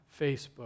Facebook